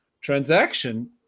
transaction